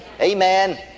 Amen